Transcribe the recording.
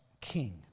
king